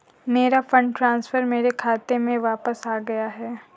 मेरा fund transfer मेरे खाते में वापस आ गया है